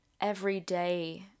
everyday